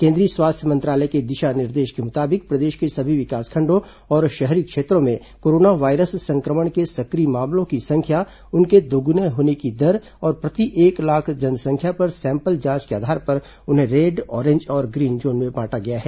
केंद्रीय स्वास्थ्य मंत्रालय के दिशा निर्देश के मुताबिक प्रदेश के सभी विकासखंडों और शहरी क्षेत्रों में कोरोना वायरस संक्रमण के सक्रिय मामलों की संख्या उनके दोगुने होने की दर और प्रति एक लाख जनसंख्या पर सैंपल जांच के आधार पर उन्हें रेड ऑरेंज और ग्रीन जोन में बांटा गया है